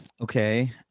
Okay